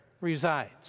resides